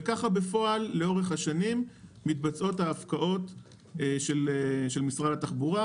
וכך בפועל לאורך השנים מתבצעות ההפקעות של משרד התחבורה,